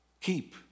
Keep